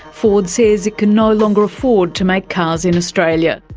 ford says it can no longer afford to make cars in australia.